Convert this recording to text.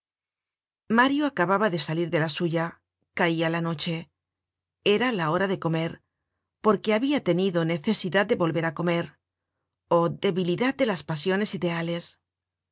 mario acababa de salir de la suya caia la noche era la hora de comer porque habia tenido necesidad de volver á comer oh debilidad de las pasiones ideales